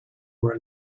were